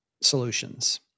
solutions